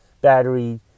battery